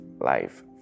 life